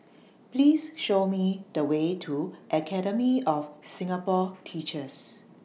Please Show Me The Way to Academy of Singapore Teachers